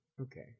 okay